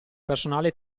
personale